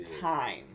time